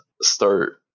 start